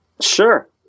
Sure